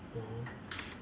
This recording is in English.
mmhmm